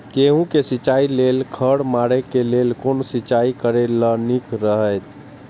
गेहूँ के सिंचाई लेल खर मारे के लेल कोन सिंचाई करे ल नीक रहैत?